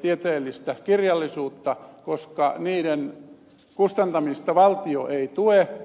tieteellistä kirjallisuutta koska niiden kustantamista valtio ei tue